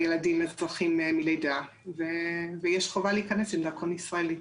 הילדים אזרחים מלידה ויש חובה להיכנס עם דרכון ישראלי.